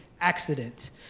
accident